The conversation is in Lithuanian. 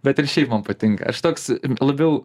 bet ir šiaip man patinka aš toks labiau